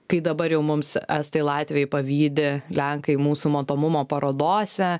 kai dabar jau mums estai latviai pavydi lenkai mūsų matomumo parodose